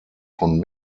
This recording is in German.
von